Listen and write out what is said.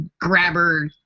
grabber